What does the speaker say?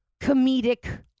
comedic